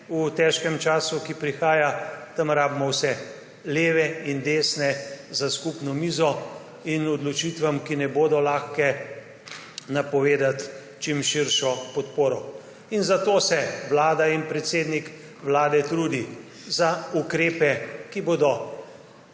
v težkem času, ki prihaja, tam rabimo vse, leve in desne za skupno mizo, in odločitvam, ki ne bodo lahke, napovedati čim širšo podporo. Zato se vlada in predsednik vlade trudi za ukrepe, ki bodo